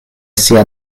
sia